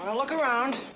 look around.